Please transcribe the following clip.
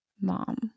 mom